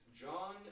John